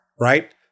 right